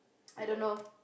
I don't know